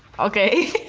okay,